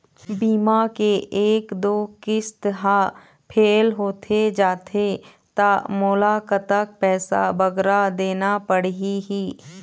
बीमा के एक दो किस्त हा फेल होथे जा थे ता मोला कतक पैसा बगरा देना पड़ही ही?